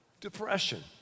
depression